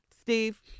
Steve